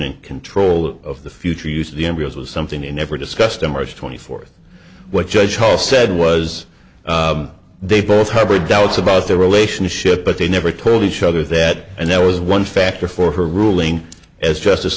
and control of the future use of the embryos was something you never discussed in march twenty fourth what judge paul said was they both harbor doubts about their relationship but they never told each other that and that was one factor for her ruling as just